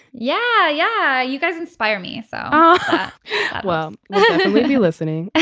yeah. yeah. you guys inspire me. so oh well we'll be listening.